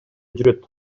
жүрөт